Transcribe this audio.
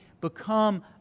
become